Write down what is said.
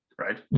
Right